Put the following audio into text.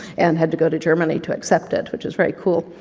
and had to go to germany to accept it, which was very cool,